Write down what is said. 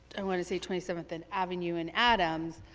i want to say twenty seventh and avenue and adams,